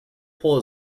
pull